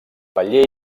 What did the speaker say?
paller